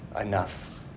enough